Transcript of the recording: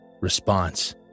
Response